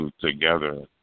together